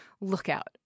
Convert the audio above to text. lookout